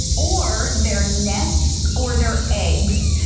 or their nests, or their eggs.